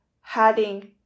heading